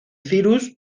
cyrus